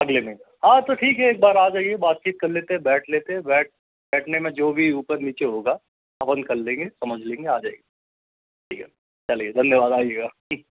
अगले महीने हाँ तो ठीक है एक बार आ जाइए बातचीत कर लेते है बैठ लेते है बैठ बैठने में जो भी ऊपर नीचे होगा वो हम कर लेंगे समझ लेंगे आ जाइए ठीक है चलिए धन्यवाद आइयेगा